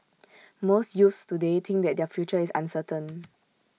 most youths today think that their future is uncertain